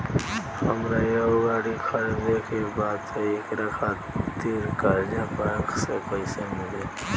हमरा एगो गाड़ी खरीदे के बा त एकरा खातिर कर्जा बैंक से कईसे मिली?